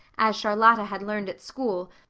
as charlotta had learned at school,